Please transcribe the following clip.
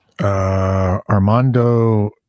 Armando